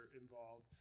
involved